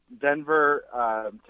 Denver